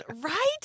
Right